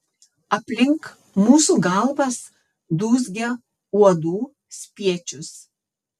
aplink mūsų galvas dūzgia uodų spiečius